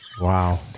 Wow